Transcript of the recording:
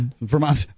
Vermont